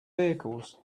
vehicles